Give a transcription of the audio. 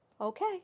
Okay